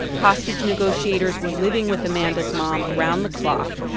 hostage negotiators were living with amanda's mom around the clock.